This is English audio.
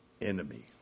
enemy